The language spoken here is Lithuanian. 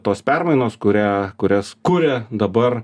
tos permainos kurią kurias kuria dabar